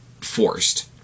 forced